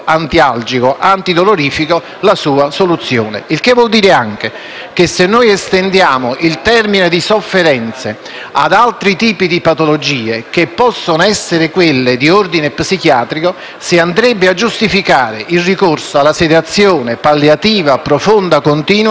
che se noi estendiamo il termine «sofferenze» ad altri tipi di patologie, come quelle di ordine psichiatrico, si andrebbe a giustificare il ricorso alla sedazione palliativa profonda continua anche in situazioni di sofferenze di ordine psichiatrico. Infatti,